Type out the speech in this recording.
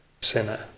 sinner